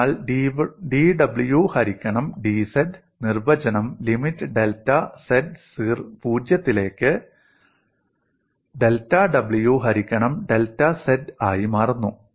അതിനാൽ dw ഹരിക്കണം dz നിർവചനം ലിമിറ്റ് ഡെൽറ്റ z 0 ത്തിലേക്ക് ഡെൽറ്റ w ഹരിക്കണം ഡെൽറ്റ z ആയി മാറുന്നു